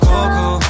Coco